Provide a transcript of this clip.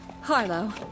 Harlow